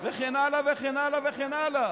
וכן הלאה וכן הלאה וכן הלאה.